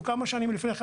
כמה שנים לפני אותן השנים,